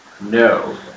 no